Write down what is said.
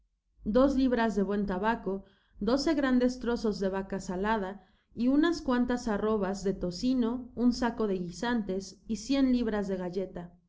dos libras dejsuen tabaco doce grandes trozos de vaca salada y unas cuantas arrobas de tocino un saco de guisantes y cien libras de galleta